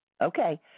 Okay